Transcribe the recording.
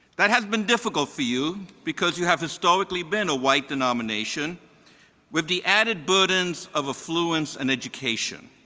that has been difficult for you, because you have historically been a white denomination with the added burdens of affluence and education.